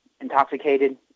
intoxicated